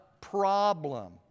problem